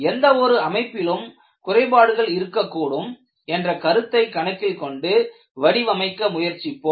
எந்த ஒரு அமைப்பிலும் குறைபாடுகள் இருக்கக்கூடும் என்ற கருத்தை கணக்கில் கொண்டு வடிவமைக்க முயற்சிப்போம்